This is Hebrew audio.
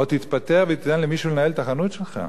או תתפטר ותיתן למישהו לנהל את החנות שלך.